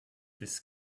this